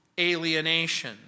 alienation